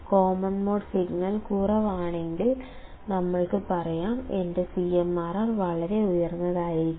common mode signal കുറവാണെങ്കിൽ നിങ്ങൾക്ക് പറയാം എന്റെ CMRR വളരെ ഉയർന്നതായിരിക്കും